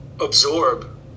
absorb